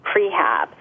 prehab